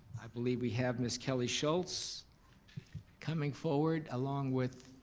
i believe we have miss kelly schulz coming forward along with